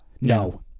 No